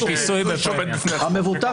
כן.